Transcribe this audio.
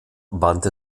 wandte